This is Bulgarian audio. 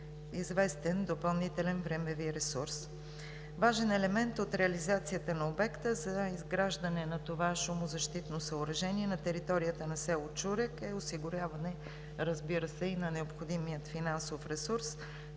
известен допълнителен времеви ресурс. Важен елемент от реализацията на обекта за изграждане на това шумозащитно съоръжение на територията на с. Чурек е осигуряване, разбира се, и на необходимия финансов ресурс